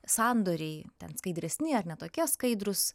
sandoriai ten skaidresni ar ne tokie skaidrūs